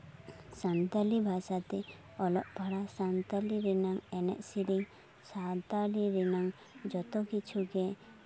ᱥᱟᱱᱛᱟᱞᱤ ᱵᱷᱟᱥᱟᱛᱮ ᱚᱞᱚᱜ ᱯᱟᱲᱦᱟᱣ ᱥᱟᱱᱛᱟᱞᱤ ᱨᱮᱱᱟᱝ ᱮᱱᱮᱡ ᱥᱮᱨᱮᱧ ᱥᱟᱶᱛᱟᱞᱤ ᱨᱮᱱᱟᱝ ᱡᱚᱛᱚ ᱠᱤᱪᱷᱩ ᱜᱮ